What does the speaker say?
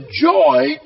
...joy